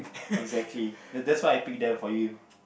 exactly that that's why I pick there for you